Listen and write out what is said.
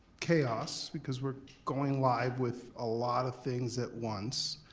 chaos because we're going live with a lot of things at once.